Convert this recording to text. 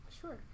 Sure